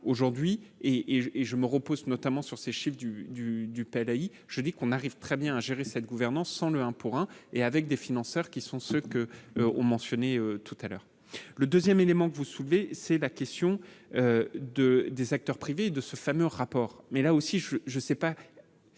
aujourd'hui et et et je me repose notamment sur ces chiffres du du du pareil, je dis qu'on arrive très bien à gérer cette gouvernance sans le un pour un et avec des financeurs qui sont ceux que vous mentionnez tout à l'heure, le 2ème, élément que vous soulevez, c'est la question de des acteurs privés de ce fameux rapport, mais là aussi je je ne sais pas